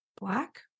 Black